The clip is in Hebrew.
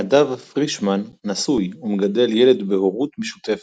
נדב פרישמן נשוי, ומגדל ילד בהורות משותפת.